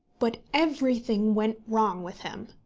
but everything went wrong with him.